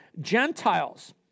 Gentiles